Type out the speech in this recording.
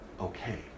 okay